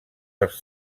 dels